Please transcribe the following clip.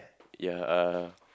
ya uh